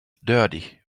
dirty